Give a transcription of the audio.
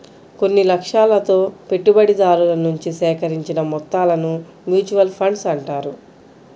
కొన్ని లక్ష్యాలతో పెట్టుబడిదారుల నుంచి సేకరించిన మొత్తాలను మ్యూచువల్ ఫండ్స్ అంటారు